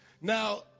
Now